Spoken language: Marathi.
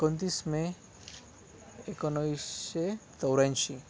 एकोणतीस मे एकोणाविसशे चौऱ्याऐंशी